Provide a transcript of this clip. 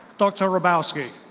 dr. hrabowski.